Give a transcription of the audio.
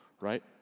right